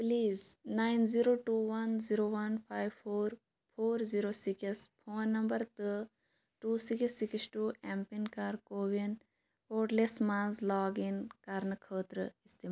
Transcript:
please nine zero two one zero one five four four zero six phone number تہٕ two six six two M PIN کَر کووِن پورٹلس مَنٛز log in کَرنہٕ خٲطرٕ اِستعمال